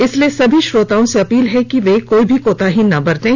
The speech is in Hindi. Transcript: इसलिए सभी श्रोताओं से अपील है कि कोई भी कोताही ना बरतें